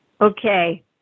Okay